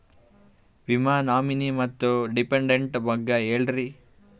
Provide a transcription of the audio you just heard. ವಿಮಾ ನಾಮಿನಿ ಮತ್ತು ಡಿಪೆಂಡಂಟ ಬಗ್ಗೆ ಹೇಳರಿ?